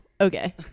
Okay